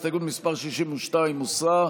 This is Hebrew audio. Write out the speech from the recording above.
הסתייגות מס' 62 הוסרה.